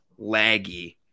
laggy